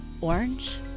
orange